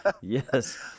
Yes